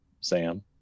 Sam